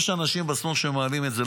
יש אנשים בשמאל שמעלים את זה,